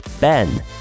Ben